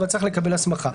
אבל צריך לקבל הסמכה.